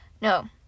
No